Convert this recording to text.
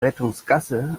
rettungsgasse